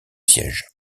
sièges